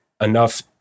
enough